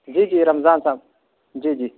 جی جی رمضان صاحب جی جی